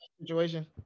situation